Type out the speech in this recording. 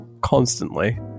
constantly